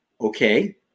okay